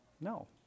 No